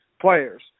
players